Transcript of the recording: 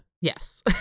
Yes